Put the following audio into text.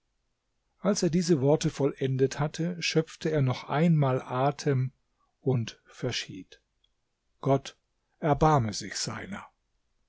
als er diese worte vollendet hatte schöpfte er noch einmal atem und verschied gott erbarme sich seiner